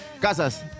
Casas